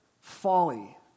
folly